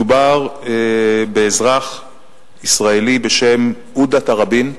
מדובר באזרח ישראלי בשם עודה תראבין.